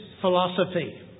philosophy